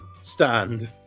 stand